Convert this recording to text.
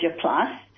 plus